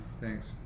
Thanks